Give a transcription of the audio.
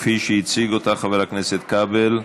כפי שהציג אותה חבר הכנסת כבל.